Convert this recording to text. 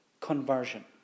conversion